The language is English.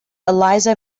eliza